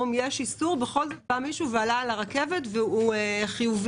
יש איסור ובכל זאת מישהו נמצא חיובי ועלה על הרכבת והוא חיובי.